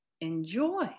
enjoy